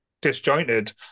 disjointed